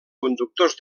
conductors